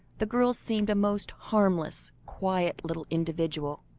the girl seemed a most harmless, quiet little individual.